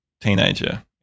teenager